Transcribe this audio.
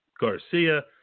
Garcia